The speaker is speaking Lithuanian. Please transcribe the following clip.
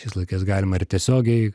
šiais laikais galima ir tiesiogiai